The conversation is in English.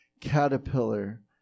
caterpillar